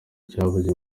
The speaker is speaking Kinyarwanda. cyagabwe